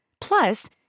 Plus